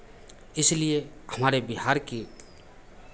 इसलिए हमारे बिहार की